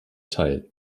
teil